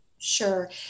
Sure